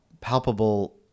palpable